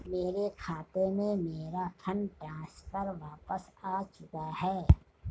मेरे खाते में, मेरा फंड ट्रांसफर वापस आ चुका है